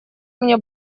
мне